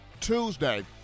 Tuesday